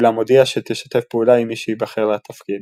אולם הודיעה שתשתף פעולה עם מי שייבחר לתפקיד.